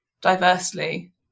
diversely